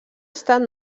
estat